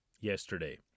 yesterday